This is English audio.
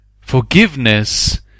Forgiveness